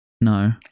No